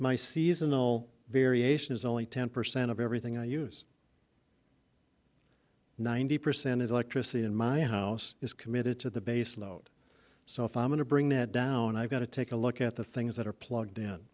my seasonal variation is only ten percent of everything i use ninety percent of electricity in my house is committed to the base load so if i'm going to bring that down i've got to take a look at the things that are plugged in